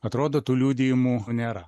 atrodo tų liudijimų nėra